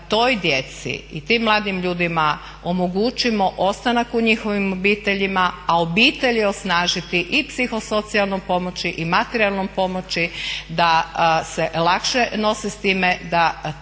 da toj djeci i tim mladim ljudima omogućimo ostanak u njihovim obiteljima, a obitelji osnažiti i psihosocijalnom pomoći i materijalnom pomoći da se lakše nose s time da